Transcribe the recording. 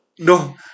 No